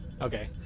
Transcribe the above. Okay